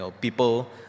people